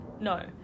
No